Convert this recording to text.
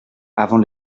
avant